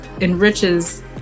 enriches